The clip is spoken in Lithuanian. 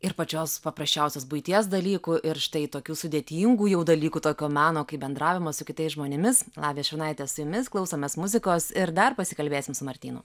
ir pačios paprasčiausios buities dalykų ir štai tokių sudėtingų jau dalykų tokio meno kaip bendravimas su kitais žmonėmis lavija šurnaitė su jumis klausomės muzikos ir dar pasikalbėsim su martynu